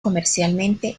comercialmente